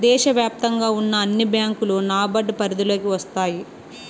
దేశ వ్యాప్తంగా ఉన్న అన్ని బ్యాంకులు నాబార్డ్ పరిధిలోకి వస్తాయి